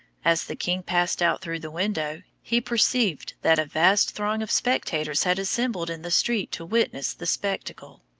as the king passed out through the window, he perceived that a vast throng of spectators had assembled in the street to witness the spectacle.